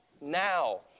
now